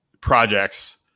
projects